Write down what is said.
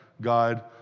God